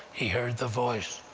he heard the voice,